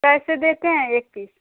कैसे देते हैं एक पीस